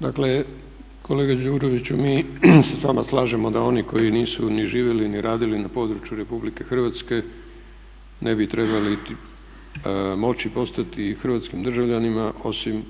Dakle, kolega Đurović mi se s vama slažemo da oni koji nisu ni živjeli ni radili na području RH ne bi trebali niti moći postati hrvatskim državljanima osim